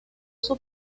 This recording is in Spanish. sus